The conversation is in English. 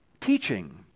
teaching